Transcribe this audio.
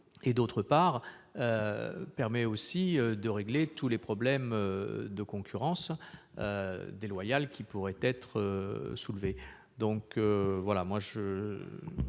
de notre collègue, mais aussi de régler tous les problèmes de concurrence déloyale qui pourraient être soulevés.